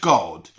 God